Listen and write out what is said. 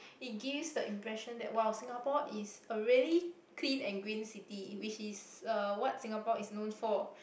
it gives the impression that !wow! Singapore is a really clean and green city which is uh what Singapore is known for